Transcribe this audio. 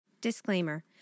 Disclaimer